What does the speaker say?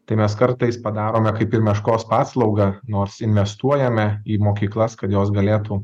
tai mes kartais padarome kaip ir meškos paslaugą nors investuojame į mokyklas kad jos galėtų